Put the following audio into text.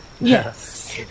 Yes